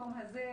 במקום הזה,